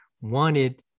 wanted